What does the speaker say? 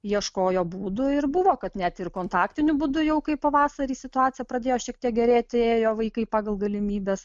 ieškojo būdų ir buvo kad net ir kontaktiniu būdu jau kai pavasarį situacija pradėjo šiek tiek gerėti ėjo vaikai pagal galimybes